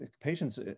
patients